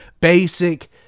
basic